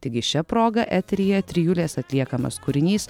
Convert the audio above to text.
taigi šia proga eteryje trijulės atliekamas kūrinys